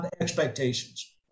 expectations